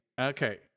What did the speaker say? Okay